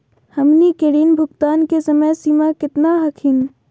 हमनी के ऋण भुगतान के समय सीमा केतना हखिन?